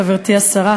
חברתי השרה,